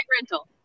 rental